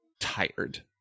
tired